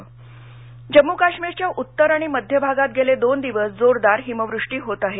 हिमस्खलन जम्मू काश्मीरच्या उत्तर आणि मध्य भागात गेले दोन दिवस जोरदार हिमवृष्टी होत आहे